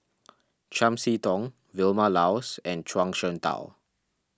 Chiam See Tong Vilma Laus and Zhuang Shengtao